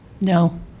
no